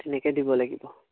তেনেকৈ দিব লাগিব